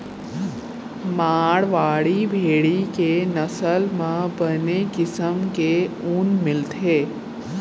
मारवाड़ी भेड़ी के नसल म बने किसम के ऊन मिलथे